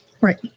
Right